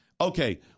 okay